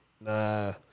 Nah